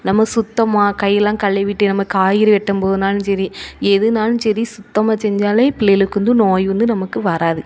நம்ம சுத்தமாக கைலாம் கழுவிட்டு நம்ம காய்கறி வெட்டும்போதுனாலும் சரி எதுனாலும் சரி சுத்தமாக செஞ்சாலே பிள்ளையளுக்கு வந்து நோய் வந்து நமக்கு வராது